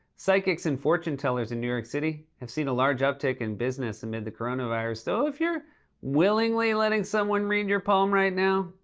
psychics and fortune tellers in new york city have seen a large uptick in business amid the coronavirus, so if you're willingly letting someone read your palm right now,